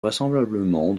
vraisemblablement